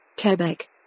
Quebec